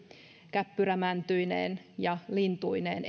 käppyrämäntyineen ja lintuineen